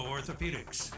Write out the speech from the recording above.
Orthopedics